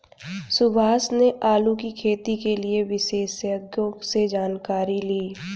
सुभाष ने आलू की खेती के लिए विशेषज्ञों से जानकारी ली